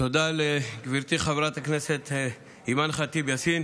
תודה לגברתי חברת הכנסת אימאן ח'טיב יאסין.